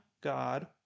God